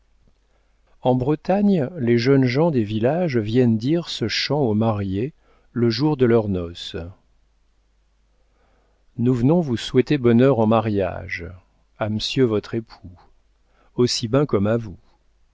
en bretagne les jeunes gens des villages viennent dire ce chant aux mariés le jour de leurs noces nous v'nons vous souhaiter bonheur en mariage a m'sieur votre époux aussi ben comm'à vous